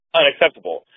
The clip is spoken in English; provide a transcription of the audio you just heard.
unacceptable